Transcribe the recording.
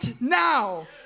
now